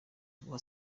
guha